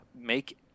make